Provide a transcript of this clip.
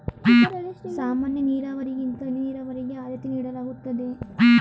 ಸಾಮಾನ್ಯ ನೀರಾವರಿಗಿಂತ ಹನಿ ನೀರಾವರಿಗೆ ಆದ್ಯತೆ ನೀಡಲಾಗುತ್ತದೆ